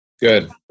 good